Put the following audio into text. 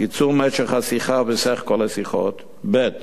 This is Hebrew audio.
קיצור משך השיחה וסך כל השיחות, ב.